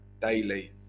daily